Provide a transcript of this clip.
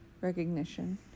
recognition